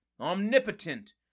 Omnipotent